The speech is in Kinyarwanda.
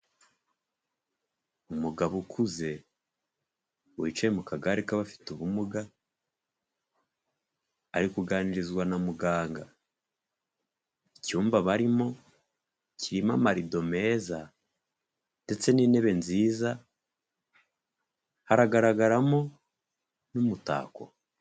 Umugabo ukuze wicaye mu kagare k'abafite ubumuga; ari kuganirizwa na muganga; icyumba barimo kirimo amarido meza, ndetse n'intebe nziza, haragaragaramo n'umutako.